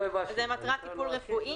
מטרת טיפול רפואי,